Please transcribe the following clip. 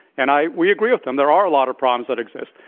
and i we agree with them. there are a lot of problems that exist.